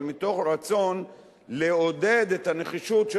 אבל מתוך רצון לעודד את הנחישות של